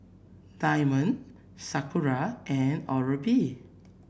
Diamond Sakura and Oral B